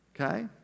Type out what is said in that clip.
okay